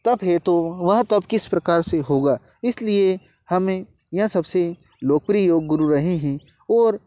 तप है तो वह तप किस प्रकार से होगा इसीलिए हमें यह सबसे लोकप्रिय योगगुरु रहे हैं और